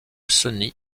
sony